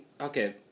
okay